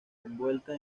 envuelta